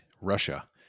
Russia